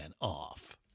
off